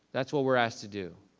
that's what we're asked to do.